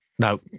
No